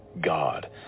God